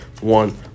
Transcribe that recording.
one